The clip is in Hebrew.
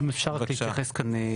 אם אפשר רק להתייחס כאן,